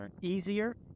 easier